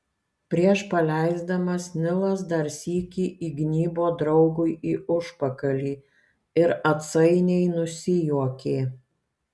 prieš paleisdamas nilas dar sykį įgnybo draugui į užpakalį ir atsainiai nusijuokė